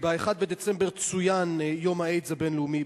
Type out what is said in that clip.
ב-1 בדצמבר צוין יום-האיידס הבין-לאומי.